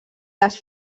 les